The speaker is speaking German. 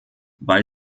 weil